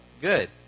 good